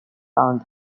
found